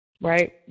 right